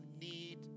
need